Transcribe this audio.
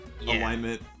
alignment